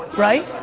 right?